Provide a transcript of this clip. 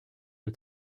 des